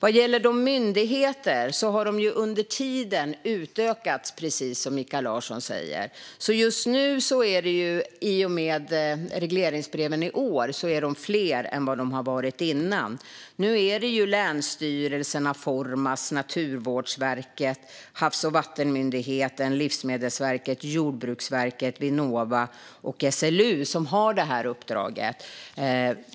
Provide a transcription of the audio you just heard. Antalet myndigheter har under tiden utökats, precis som Mikael Larsson säger. I och med regleringsbreven i år är de fler än vad de har varit innan. Nu är det länsstyrelserna, Formas, Naturvårdsverket, Havs och vattenmyndigheten, Livsmedelsverket, Jordbruksverket, Vinnova och SLU som har detta uppdrag.